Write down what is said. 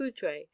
Poudre